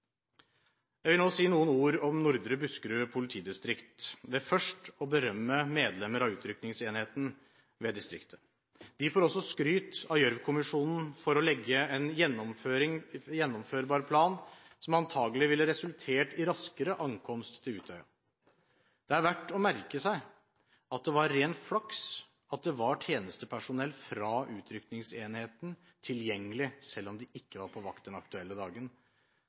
Jeg vil nå si noen ord om Nordre Buskerud politidistrikt – ved først å berømme medlemmer av utrykningsenheten i distriktet. De får også skryt av Gjørv-kommisjonen for å legge en gjennomførbar plan som antagelig ville resultert i raskere ankomst til Utøya. Det er verdt å merke seg at det var ren flaks at det var tjenestepersonell fra utrykningsenheten tilgjengelig selv om de ikke var på vakt den aktuelle dagen,